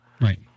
Right